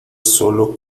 solo